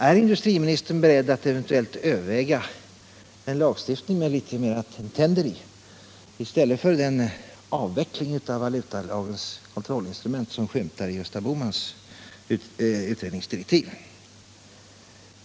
Är industriministern beredd att eventuellt överväga en lagstiftning med mera tänder i i stället för den avveckling av valutalagens kontrollinstrument som skymtar i Gösta Bohmans utredningsdirektiv?